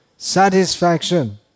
Satisfaction